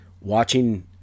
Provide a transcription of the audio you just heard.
watching